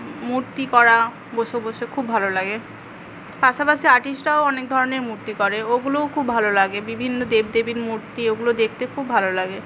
মূর্তি করা বসে বসে খুব ভালো লাগে পাশাপাশি আর্টিস্টরাও অনেক ধরনের মূর্তি করে ওগুলোও খুব ভালো লাগে বিভিন্ন দেব দেবীর মূর্তি ওগুলো দেখতে খুব ভালো লাগে